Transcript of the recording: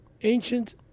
ancient